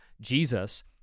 Jesus